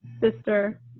sister